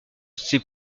c’est